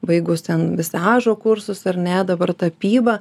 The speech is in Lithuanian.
baigus ten visažo kursus ar ne dabar tapybą